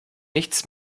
nichts